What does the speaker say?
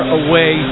away